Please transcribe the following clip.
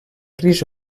ris